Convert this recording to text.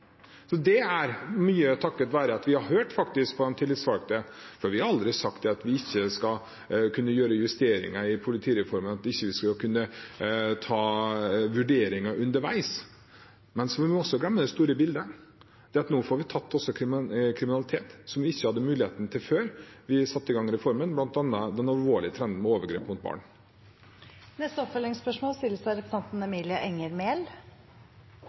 det noen store utfordringer. Det er mye takket være at vi faktisk har hørt på de tillitsvalgte. Vi har aldri sagt at vi ikke skal kunne gjøre justeringer i politireformen, at vi ikke skal kunne ta vurderinger underveis. Men vi må ikke glemme det store bildet – at nå får vi også tatt kriminalitet som vi ikke hadde mulighet til før vi satte i gang reformen, bl.a. den alvorlige trenden med overgrep mot barn. Det blir oppfølgingsspørsmål – først Emilie Enger Mehl.